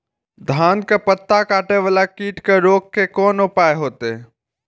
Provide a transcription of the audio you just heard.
धान के पत्ता कटे वाला कीट के रोक के कोन उपाय होते?